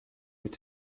mit